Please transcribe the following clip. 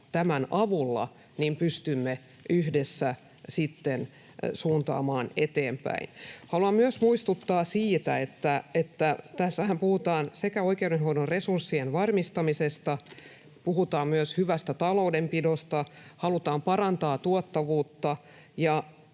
tämän avulla pystymme yhdessä sitten suuntaamaan eteenpäin. Haluan myös muistuttaa siitä, että tässähän puhutaan oikeudenhoidon resurssien varmistamisesta, puhutaan myös hyvästä taloudenpidosta, halutaan parantaa tuottavuutta